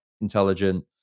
intelligent